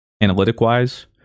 Analytic-wise